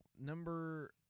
number